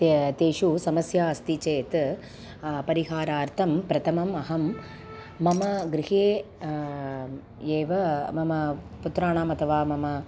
ते तेषु समस्या अस्ति चेत् परिहारार्थं प्रथमम् अहं मम गृहे एव मम पुत्राणाम् अथवा मम